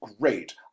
great